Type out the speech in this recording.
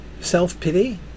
self-pity